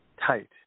tight